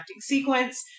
sequence